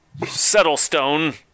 Settlestone